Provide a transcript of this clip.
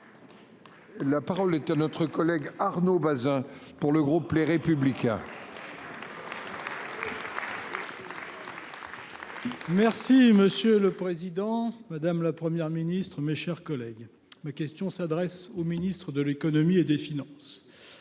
La parole est à notre collègue Arnaud Bazin pour le groupe Les Républicains. Merci monsieur le président, madame, la Première ministre, mes chers collègues, ma question s'adresse au ministre de l'Économie et des Finances.